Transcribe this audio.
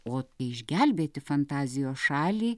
o išgelbėti fantazijos šalį